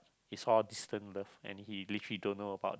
it's all distant birth and he literally don't know about